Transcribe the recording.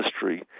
history